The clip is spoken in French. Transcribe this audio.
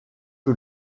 que